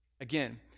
Again